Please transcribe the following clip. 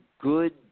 good